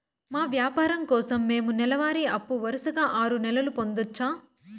మా వ్యాపారం కోసం మేము నెల వారి అప్పు వరుసగా ఆరు నెలలు పొందొచ్చా?